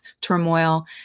turmoil